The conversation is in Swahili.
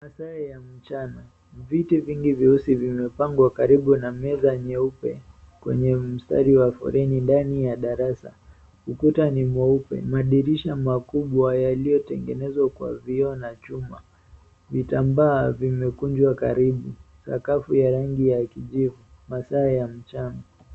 Masaa ya mchana, viti vingi vyeusi vimepangwa karibu na meza nyeupe kwenye mstari wa foleni ndani ya darasa. Ukuta ni mweupe, madirisha makubwa yaliyotengenezwa kwa vioo na chuma. Vitambaa vimekunjwa karibu, sakafu ya rangi ya kijivu, masaa ya mchana.